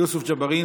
יוסף ג'בארין,